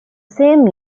same